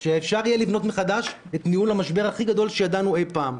שאפשר יהיה לבנות מחדש את ניהול המשבר הכי גדול שידענו אי-פעם.